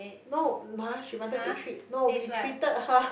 no lah she wanted to treat no we treated her